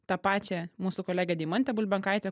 tą pačią mūsų kolegę deimantę bulbenkaitę